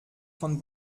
von